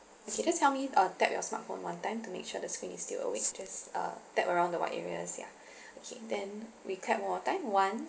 okay just help me uh tap your smartphone one time to make sure the screen is still awake just uh tap around the white areas ya okay then we clap one more time one